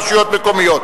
רשויות מקומיות.